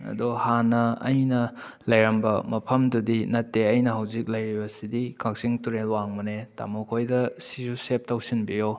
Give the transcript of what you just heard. ꯑꯗꯣ ꯍꯥꯟꯅ ꯑꯩꯅ ꯂꯩꯔꯝꯕ ꯃꯐꯝꯗꯨꯗꯤ ꯅꯠꯇꯦ ꯑꯩꯅ ꯍꯧꯖꯤꯛ ꯂꯩꯔꯤꯕꯁꯤꯗꯤ ꯀꯛꯆꯤꯡ ꯇꯨꯔꯦꯜ ꯋꯥꯡꯃꯅꯦ ꯇꯥꯃꯣ ꯈꯣꯏꯗ ꯁꯤꯁꯨ ꯁꯦꯕ ꯇꯧꯁꯟꯕꯤꯌꯣ